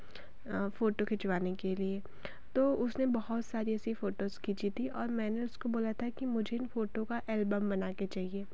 photo खिंचवाने के लिए तो उसने बहुत सारी ऐसी फ़ोटोज खींची थी और मैंने उसको बोला था कि मुझे इन फोटो का एलबम बना कर चाहिए